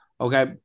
okay